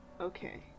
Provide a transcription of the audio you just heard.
okay